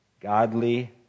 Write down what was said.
Godly